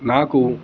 నాకు